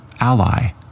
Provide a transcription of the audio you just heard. ally